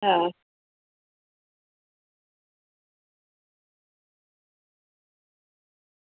હા